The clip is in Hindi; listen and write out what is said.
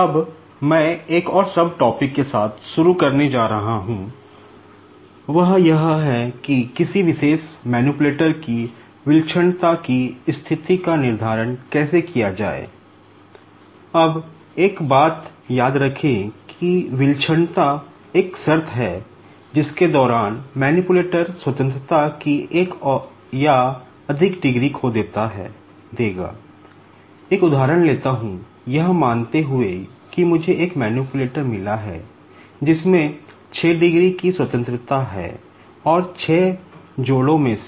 अब मैं एक और सबटॉपिक से